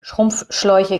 schrumpfschläuche